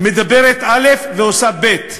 מדברת א' ועושה ב'.